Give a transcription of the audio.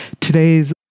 Today's